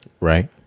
Right